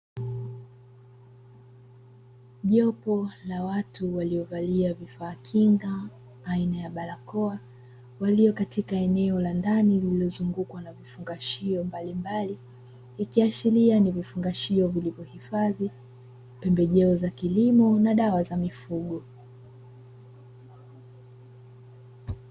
Jopo la watu waliovalia vifaa kinga aina ya barakoa walio katika eneo la ndani lililozungukwa na vifungashio mbalimbali, ikiashiria ni vifungashio vilivyohifadhi pembejeo za kilimo na dawa za mifugo.